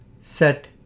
set